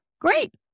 great